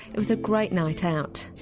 it was a great night out.